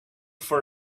for